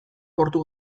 portu